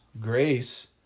Grace